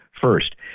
first